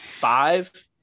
five